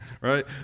right